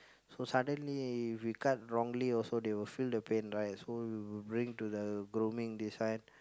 so suddenly if you cut wrongly also they will feel the pain right so we'll bring to the grooming this one